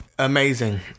amazing